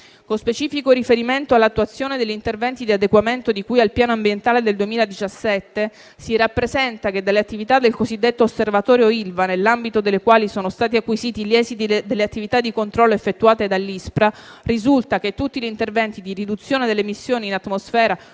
Con specifico riferimento all'attuazione degli interventi di adeguamento di cui al Piano ambientale del 2017, si rappresenta che dalle attività del cosiddetto osservatorio ILVA, nell'ambito delle quali sono stati acquisiti gli esiti delle attività di controllo effettuate dall'ISPRA, risulta che tutti gli interventi di riduzione delle emissioni in atmosfera,